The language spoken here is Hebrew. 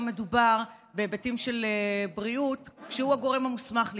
מדובר בהיבטים של בריאות שהוא הגורם המוסמך לקבוע.